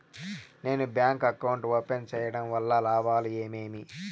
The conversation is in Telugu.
నేను బ్యాంకు అకౌంట్ ఓపెన్ సేయడం వల్ల లాభాలు ఏమేమి?